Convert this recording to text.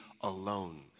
alone